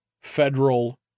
federal